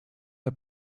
der